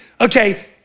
Okay